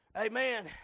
Amen